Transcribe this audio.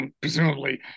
presumably